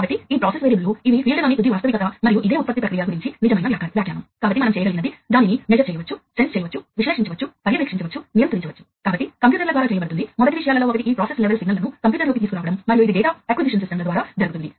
కాబట్టి ప్రతి లేదా అన్ని సిగ్నల్స్ చాలా పెద్ద వైరింగ్ల ద్వారా సెంట్రల్ కంప్యూటర్కు తీసుకెళ్లాలి మరియు ఇది డేటా ని నాయిస్ కు గురయ్యే లా చేస్తుంది